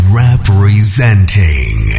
representing